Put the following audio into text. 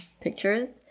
pictures